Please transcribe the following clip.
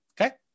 Okay